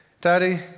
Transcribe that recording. Daddy